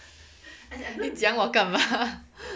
讲我干嘛